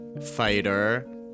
Fighter